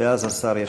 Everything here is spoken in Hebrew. ואז השר ישיב,